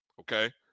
Okay